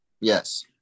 Yes